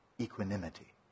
equanimity